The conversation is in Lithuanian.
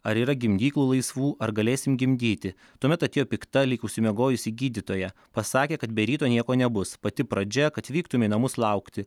ar yra gimdyklų laisvų ar galėsim gimdyti tuomet atėjo pikta lyg užsimiegojusi gydytoja pasakė kad be ryto nieko nebus pati pradžia kad vyktume į namus laukti